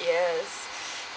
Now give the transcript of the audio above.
yes